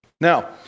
Now